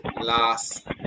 last